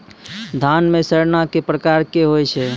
धान म सड़ना कै प्रकार के होय छै?